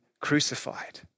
crucified